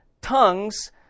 tongues